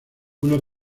uno